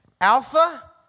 Alpha